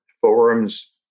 forums